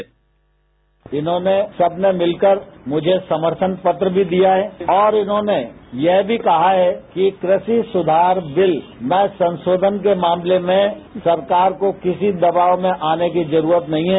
bite Tomar इन्होंने सबने मिलकर मुझे समर्थन पत्र भी दिया है और इन्होंने यह भी कहा है कि कृषि सुधार बिल ना संशोधन के मामले में सरकार को किसी दबाव में आने की जरूरत नहीं है